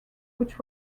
which